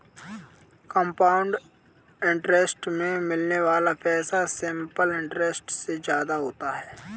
compound interest में मिलने वाला पैसा सिंपल इंटरेस्ट से ज्यादा होता है